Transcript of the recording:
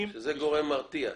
זה גורם מרתיע.